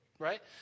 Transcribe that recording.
Right